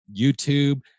YouTube